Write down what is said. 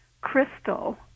crystal